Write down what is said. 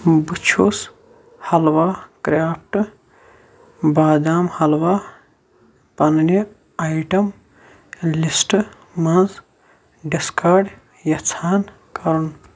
بہٕ چھُس حلوا کرٛافٹ بادام حٔلوا پنٕنہِ اَیٹم لِسٹہٕ منٛز ڈسکارڈ یَژھان کَرُن